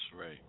right